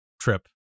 trip